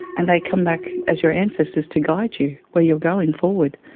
and they come back as your ancestors to guide you where you're going forward.